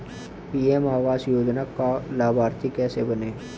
PM Awas Yojana का लाभर्ती कैसे बनें?